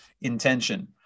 intention